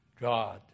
God